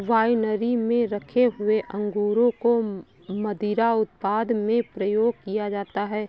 winery में रखे हुए अंगूरों को मदिरा उत्पादन में प्रयोग किया जाता है